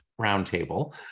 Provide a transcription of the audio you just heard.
roundtable